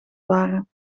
waren